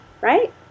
right